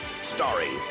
starring